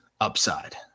upside